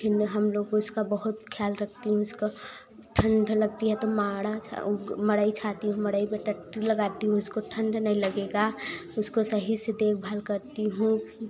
फिर हम लोग उसका बहुत ख्याल रखती हूँ उसको ठंड लगती है तो माढ़ा मढ़ई छाती हूँ मढ़ई में टट्टू लगाती हूँ उसको ठंड नही लगेगा उसको सही से देखभाल करती हूँ फिर